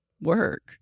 work